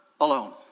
Alone